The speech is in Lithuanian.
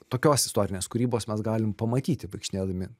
tokios istorinės kūrybos mes galim pamatyti vaikštinėdami